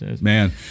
man